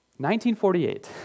1948